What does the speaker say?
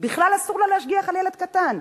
בכלל אסור לה להשגיח על ילד קטן.